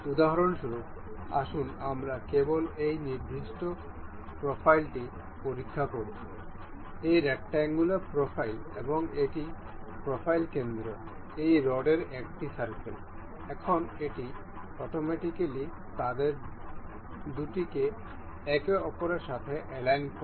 উদাহরণস্বরূপ আসুন আমরা কেবল এই নির্দিষ্ট প্রোফাইলটি পরীক্ষা করি এই রেকটাঙ্গুলার প্রোফাইল এবং এটি প্রোফাইল কেন্দ্রে এই রডের একটি সার্কেল এখন এটি অটোমেটিকালি তাদের দুটিকে একে অপরের সাথে অ্যালাইন করে